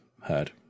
heard